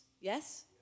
Yes